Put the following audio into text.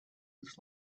his